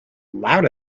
loud